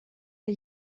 der